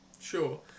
Sure